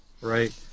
Right